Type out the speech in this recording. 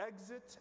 exit